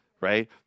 right